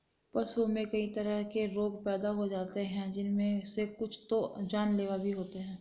पशुओं में कई तरह के रोग पैदा हो जाते हैं जिनमे से कुछ तो जानलेवा भी होते हैं